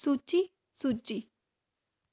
ਸੂਚੀ ਸੂਚੀ